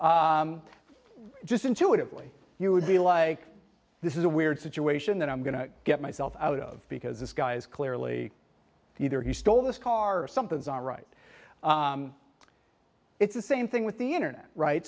just intuitively you would be like this is a weird situation that i'm going to get myself out of because this guy's clearly either you stole this car or something right it's the same thing with the internet right